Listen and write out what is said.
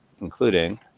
including